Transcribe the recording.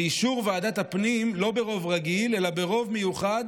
באישור ועדת הפנים, לא ברוב רגיל אלא ברוב מיוחד